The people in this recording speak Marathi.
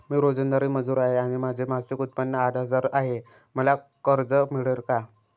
मी रोजंदारी मजूर आहे आणि माझे मासिक उत्त्पन्न आठ हजार आहे, मला कर्ज मिळेल का?